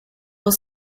will